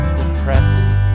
depressing